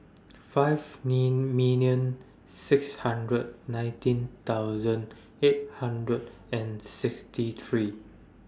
five million six hundred nineteen thousand eight hundred and sixty three